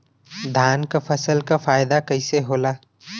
धान क फसल क फायदा कईसे होला?